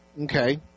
Okay